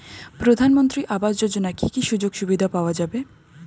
প্রধানমন্ত্রী আবাস যোজনা কি কি সুযোগ সুবিধা পাওয়া যাবে?